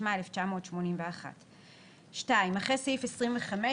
התשמ"א 1981‏;"; (2)אחרי סעיף 20ח